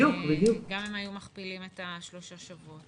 אני באמת לא אחזור על כל מה שאמרו מארגוני הגנים האחרים.